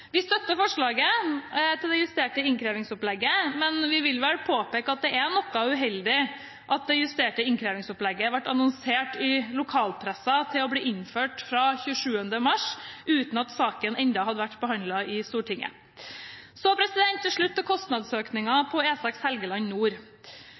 Vi støtter forslaget til det justerte innkrevingsopplegget, men vil påpeke at det er noe uheldig at det justerte innkrevingsopplegget i lokalpressen ble annonsert å skulle innføres fra 27. mars – uten at saken enda hadde vært behandlet i Stortinget. Til slutt til